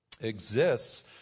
exists